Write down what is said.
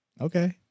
Okay